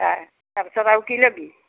কাৰ তাৰ পিছত আৰু কি ল'বি